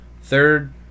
Third